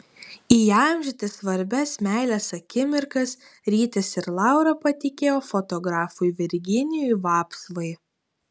įamžinti svarbias meilės akimirkas rytis ir laura patikėjo fotografui virginijui vapsvai